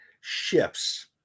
shifts